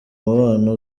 mubano